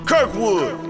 Kirkwood